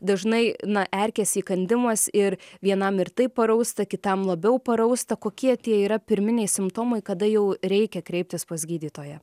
dažnai na erkės įkandimas ir vienam ir taip parausta kitam labiau parausta kokie tie yra pirminiai simptomai kada jau reikia kreiptis pas gydytoją